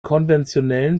konventionellen